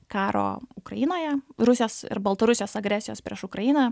karo ukrainoje rusijos ir baltarusijos agresijos prieš ukrainą